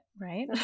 right